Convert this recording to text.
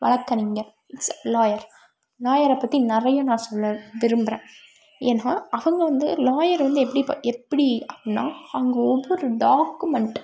வழக்கறிஞர் it's a lawyer லாயரை பற்றி நிறைய நான் சொல்ல விரும்புறேன் ஏன்னா அவங்க வந்து லாயர் வந்து எப்படி எப்படி அப்படின்னா அவங்க ஒவ்வொரு டாக்குமெண்ட்